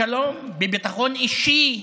בשלום, בביטחון אישי,